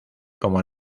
como